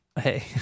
Hey